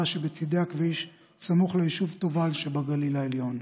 שבצידי הכביש סמוך ליישוב תובל שבגליל העליון.